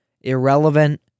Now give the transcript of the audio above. irrelevant